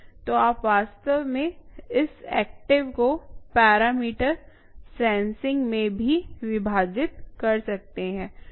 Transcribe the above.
तो आप वास्तव में इस एक्टिव को पैरामीटर सेंसिंग में विभाजित कर सकते हैं